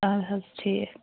ادٕ حظ ٹھیٖک